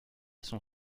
son